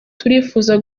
turifuza